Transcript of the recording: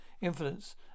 influence